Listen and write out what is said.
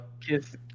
Kiss